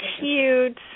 cute